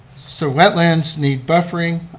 so wetlands need buffering.